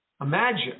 Imagine